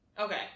okay